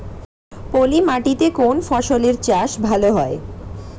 পলি মাটিতে কোন ফসলের চাষ ভালো হয়?